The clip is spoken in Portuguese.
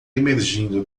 emergindo